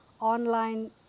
online